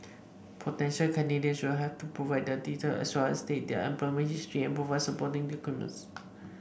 potential candidates will have to provide their details as well as state their employment history and provide supporting documents